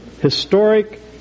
historic